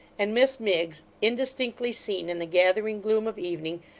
and miss miggs, indistinctly seen in the gathering gloom of evening,